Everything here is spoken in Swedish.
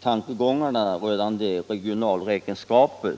tankegångarna rörande regionalräkenskaper.